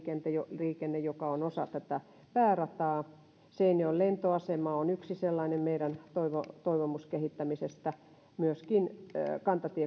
raideliikenne joka on osa päärataa seinäjoen lentoasema on yksi sellainen meidän toivomuksemme kehittämisestä myöskin kantatie